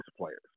players